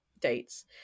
dates